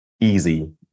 easy